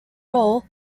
roll